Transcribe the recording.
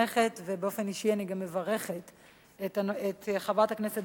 ובאופן אישי אני מברכת את חברת הכנסת